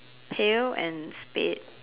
pail and spade